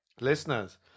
Listeners